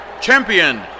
champion